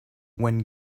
when